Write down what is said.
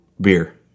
beer